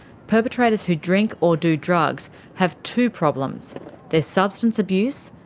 perpetrators who drink or do drugs have two problems their substance abuse,